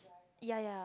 ya ya